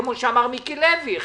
כמו שאמר מיקי לוי,